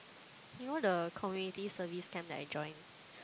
you know the Community Service camp that I joined